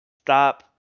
stop